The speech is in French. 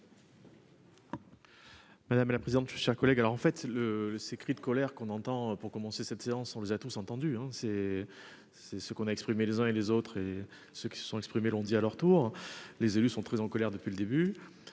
Madame la présidente, chers collègues. Alors en fait c'est le c'est cri de colère qu'on entend, pour commencer cette séance, on les a tous entendu hein c'est c'est ce qu'on a exprimé les uns et les autres, et ceux qui se sont exprimés l'ont dit à leur tour, les élus sont très en colère depuis le début.